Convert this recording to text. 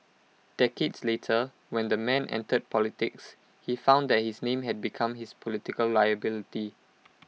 decades later when the man entered politics he found that his name had become his political liability